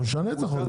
נשנה את החוק,